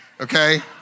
okay